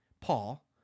Paul